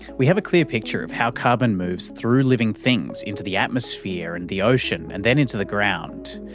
we have a clear picture of how carbon moves through living things into the atmosphere and the ocean and then into the ground,